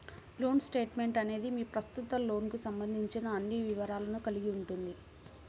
loan statement అనేది మీ ప్రస్తుత లోన్కు సంబంధించిన అన్ని వివరాలను కలిగి ఉంటుంది